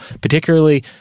particularly